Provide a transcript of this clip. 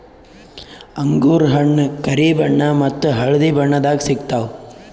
ಅಂಗೂರ್ ಹಣ್ಣ್ ಕರಿ ಬಣ್ಣ ಮತ್ತ್ ಹಳ್ದಿ ಬಣ್ಣದಾಗ್ ಸಿಗ್ತವ್